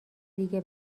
دیگه